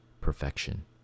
perfection